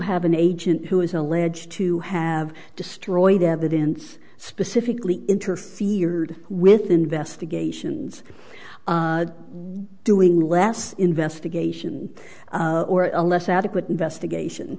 have an agent who is alleged to have destroyed evidence specifically interfered with investigations doing less investigation or a less adequate investigation